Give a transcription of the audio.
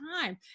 time